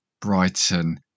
Brighton